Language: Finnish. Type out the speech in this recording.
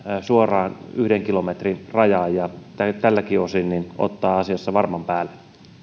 suoraan yhden kilometrin rajaan ja tältäkin osin ottaa asiassa varman päälle